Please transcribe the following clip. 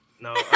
No